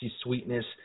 Sweetness